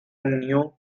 new